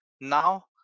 now